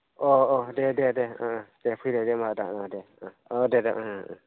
अ अ दे दे दे दे फैलायदो होमब्ला आदा दे दे